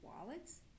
wallets